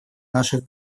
наших